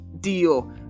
deal